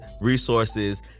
resources